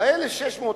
והכסף הזה,